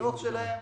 והפיענוח שלהם.